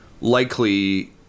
likely